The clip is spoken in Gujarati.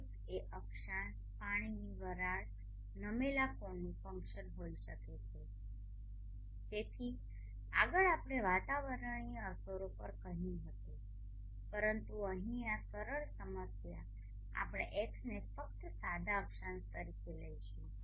x એ અક્ષાંશ પાણીની વરાળ નમેલા કોણનું ફંક્શન હોઈ શકે છે તેથી આગળ આપણે વાતાવરણીય અસરો પર કહ્યું હતું પરંતુ અહીં આ સરળ સમસ્યામાં આપણે xને ફક્ત સાદા અક્ષાંશ તરીકે લઈશું